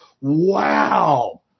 wow